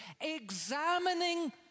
examining